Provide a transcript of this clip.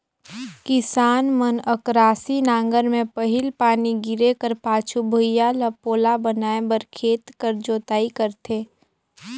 किसान मन अकरासी नांगर मे पहिल पानी गिरे कर पाछू भुईया ल पोला बनाए बर खेत कर जोताई करथे